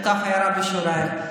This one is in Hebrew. זאת הייתה הערת שוליים.